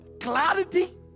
clarity